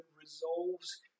resolves